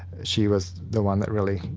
she was the one that really